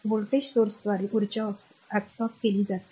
तर ते व्होल्टेज स्त्रोताद्वारे उर्जा absorbe केले जाईल